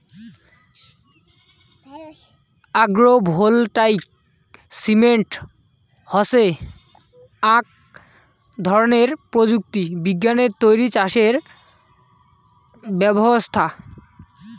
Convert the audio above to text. agro voltaic system হসে আক ধরণের প্রযুক্তি বিজ্ঞানে তৈরী চাষের ব্যবছস্থা